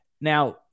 Now